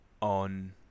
on